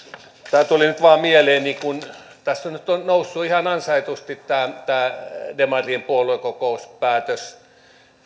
tämä tuli nyt vain mieleeni kun tässä nyt on noussut ihan ansaitusti tämä demarien puoluekokouspäätös